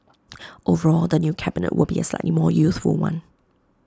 overall the new cabinet will be A slightly more youthful one